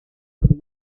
henri